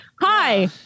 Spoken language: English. hi